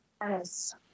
Yes